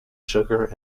sugar